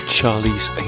Charlie's